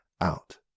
out